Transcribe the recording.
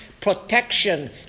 protection